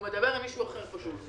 הוא מדבר עם מישהו אחר ב-זום.